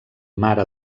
mare